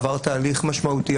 עבר תהליך משמעותי,